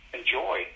enjoy